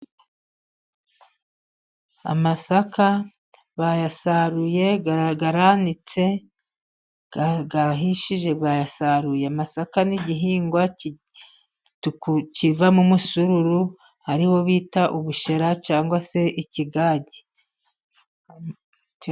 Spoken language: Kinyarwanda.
Amasaka bayasaruye aranitse arahishije bayasaruye, amasaka n'igihingwa kivamo umusururu, ariwo bita ubushera cyangwa se ikigage.